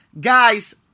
Guys